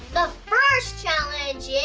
the first challenge yeah